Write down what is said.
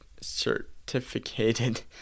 certificated